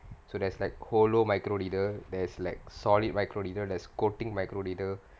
so there's like hollow micro leader there's like solid micro leader there's quoting micro leader